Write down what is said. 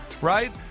right